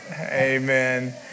Amen